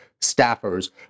staffers